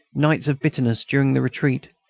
nights of bitterness during the retreat,